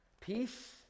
Peace